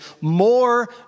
More